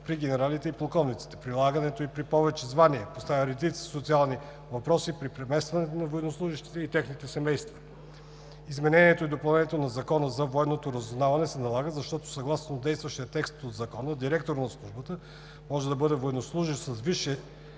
при генералите и полковниците. Прилагането ѝ при повече звания поставя редица социални въпроси при преместване на военнослужещите и техните семейства. Изменението и допълнението в Закона за военното разузнаване се налага, защото съгласно действащия текст от Закона директор на службата може да бъде военнослужещ с висше